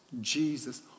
Jesus